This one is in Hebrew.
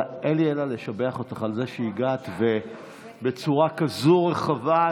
אין לי אלא לשבח אותך על זה שהגעת ובצורה כזאת רחבה,